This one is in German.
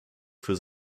für